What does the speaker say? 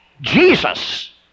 Jesus